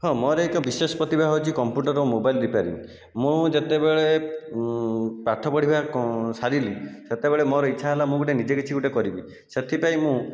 ହଁ ମୋର ଏକ ବିଶେଷ ପ୍ରତିଭା ହେଉଛି କମ୍ପ୍ୟୁଟର ଓ ମୋବାଇଲ ରିପେରିଂ ମୁଁ ଯେତେବେଳେ ପାଠ ପଢ଼ିବା ସାରିଲି ସେତେବେଳେ ମୋର ଇଚ୍ଛା ହେଲା ମୁଁ ଗୋଟିଏ ନିଜେ କିଛି ଗୋଟିଏ କରିବି ସେଥିପାଇଁ ମୁଁ